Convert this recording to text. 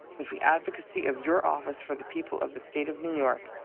with the advocacy of your office for the people of the state of new york,